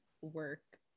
work